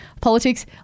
politics